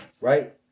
right